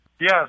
Yes